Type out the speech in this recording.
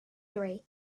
three